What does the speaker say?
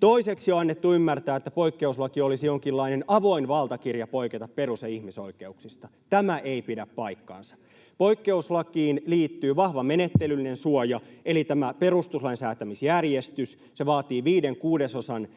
Toiseksi on annettu ymmärtää, että poikkeuslaki olisi jonkinlainen avoin valtakirja poiketa perus- ja ihmisoikeuksista. Tämä ei pidä paikkaansa. Poikkeuslakiin liittyy vahva menettelyllinen suoja eli tämä perustuslain säätämisjärjestys. Se vaatii viiden kuudesosan